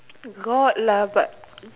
got lah but